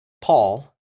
Paul